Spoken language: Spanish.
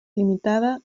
limitada